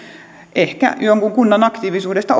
ehkä jonkun kunnan aktiivisuudesta